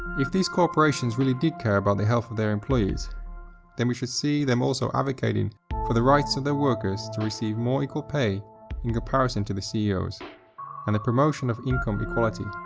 if these corporations really did care about the health of their employees then we should see them also advocating for the rights of their workers to receive more equal pay in comparison to the ceos and the promotion of income equality.